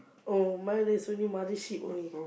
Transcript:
oh mine is only mother sheep only